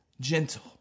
gentle